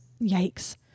yikes